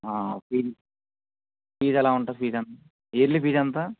fees fees ఎలా ఉంటుంది fees yearly fees ఎంత